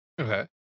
Okay